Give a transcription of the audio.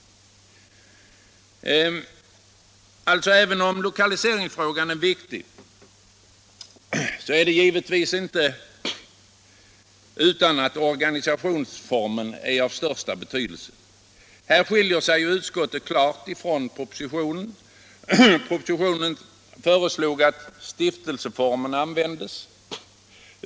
Även om lokaliseringsfrågan är viktig, är givetvis organisationsformen av den största betydelsen. Här skiljer sig utskottets uttalande klart från propositionens. I propositionen föreslås att stiftelseformen används.